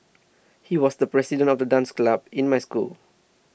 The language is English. he was the president of the dance club in my school